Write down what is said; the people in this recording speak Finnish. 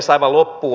aivan loppuun